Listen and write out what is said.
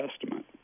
Testament